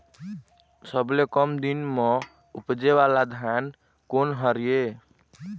सबसे कम दिन म उपजे वाला धान कोन हर ये?